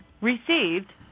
received